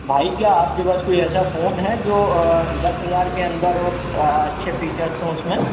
بھائی کیا آپ کے پاس کوئی ایسا فون ہے جو دس ہزار کے اندر ہو اچھے فیچرز ہوں اس میں